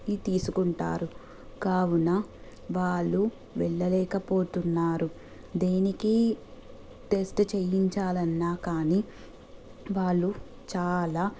ఈ తీసుకుంటారు కావున వాళ్ళు వెళ్ళలేకపోతున్నారు దేనికి టెస్ట్ చేయించాలి అన్నా కానీ వాళ్ళు చాలా